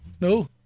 No